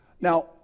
Now